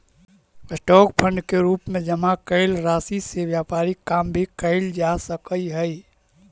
stock fund के रूप में जमा कैल राशि से व्यापारिक काम भी कैल जा सकऽ हई